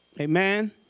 Amen